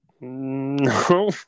No